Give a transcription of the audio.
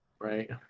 Right